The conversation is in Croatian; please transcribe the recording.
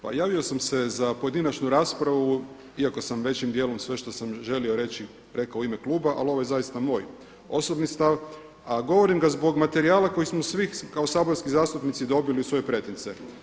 Pa javio sam se za pojedinačnu raspravu iako sam većim dijelom sve što sam želio reći rekao u ime kluba, ali ovo je zaista moj osobni stav, a govorim ga zbog materijala koji smo svi kao saborski zastupnici dobili u svoje pretince.